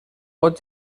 pot